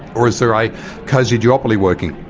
or is there a cosy duopoly working?